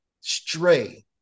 stray